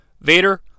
Vader